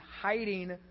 hiding